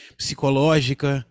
psicológica